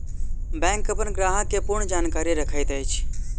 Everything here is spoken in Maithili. बैंक अपन ग्राहक के पूर्ण जानकारी रखैत अछि